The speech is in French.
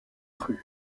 cru